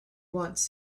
once